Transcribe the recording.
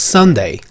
Sunday